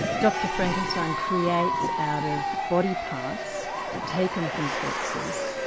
dr frankenstein creates out of body parts taken from corpses,